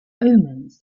omens